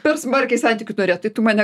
per smarkiai santykių norėt tai tu mane